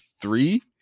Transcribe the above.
three